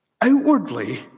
outwardly